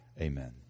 Amen